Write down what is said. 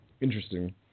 Interesting